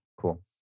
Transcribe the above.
Cool